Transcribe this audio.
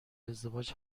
ازدواج